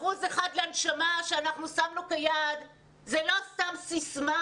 אחוז אחד לנשמה ששמנו כיעד, זאת לא סתם סיסמה